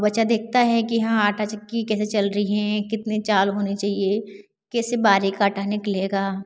बच्चा देखता है कि हाँ आटा चक्की कैसे चल रही है कितने चाल होने चाहिए कैसे बारीक आटा निकलेगा